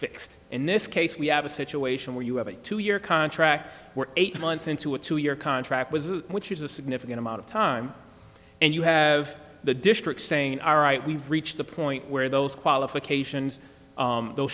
fixed in this case we have a situation where you have a two year contract eight months into a two year contract with which is a significant amount of time and you have the district saying all right we've reached the point where those qualifications